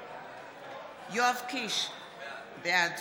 קיש, בעד